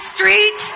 Street